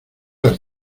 has